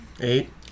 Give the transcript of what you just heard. Eight